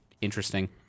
interesting